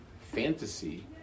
fantasy